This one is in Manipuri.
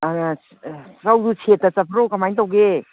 ꯆꯧꯗꯣ ꯁꯦꯠꯇ ꯆꯠꯄ꯭ꯔꯥ ꯀꯃꯥꯏꯅ ꯇꯧꯒꯦ